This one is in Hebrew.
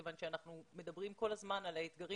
כיוון שאנחנו מדברים כל הזמן על האתגרים